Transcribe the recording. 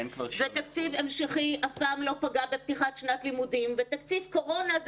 תקציב המשכי אף פעם לא פגע בפתיחת שנת לימודים ותקציב קורונה הוא